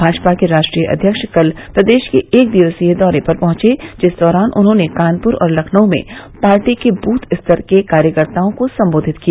भाजपा के राष्ट्रीय अध्यक्ष कल प्रदेश के एक दिवसीय दौरे पर पहुंचे जिस दौरान उन्होंने कानपुर और लखनऊ में पार्टी के बूथ स्तर के कार्यकर्ताओं को संबोधित किया